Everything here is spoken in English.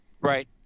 Right